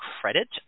credit